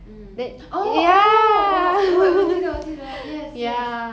mm oh oh oh 我记得我记得 yes yes